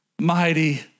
mighty